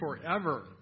forever